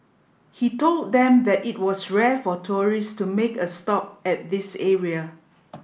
he told them that it was rare for tourist to make a stop at this area